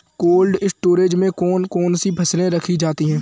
Cold storage में कौन कौन सी फसलें रखी जाती हैं?